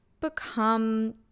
become